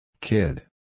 Kid